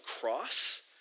cross